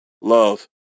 Love